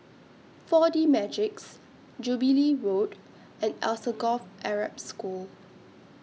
four D Magix Jubilee Road and Alsagoff Arab School